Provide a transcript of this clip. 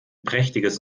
prächtiges